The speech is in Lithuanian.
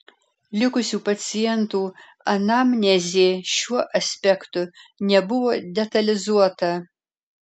likusių pacientų anamnezė šiuo aspektu nebuvo detalizuota